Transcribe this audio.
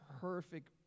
perfect